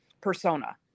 persona